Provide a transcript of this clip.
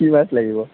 কি মাছ লাগিব